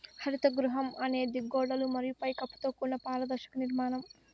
హరిత గృహం అనేది గోడలు మరియు పై కప్పుతో కూడిన పారదర్శక నిర్మాణం